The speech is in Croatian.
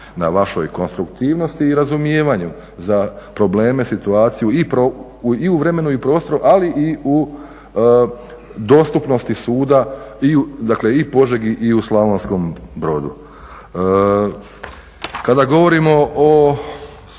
na vašoj konstruktivnosti i razumijevanju za probleme, situaciju i u vremenu i prostoru, ali i u dostupnosti suda i u Požegi i u Slavonskom Brodu. Kada govorimo o